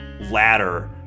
ladder